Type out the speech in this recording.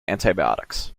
antibiotics